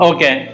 Okay